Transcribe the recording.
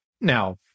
now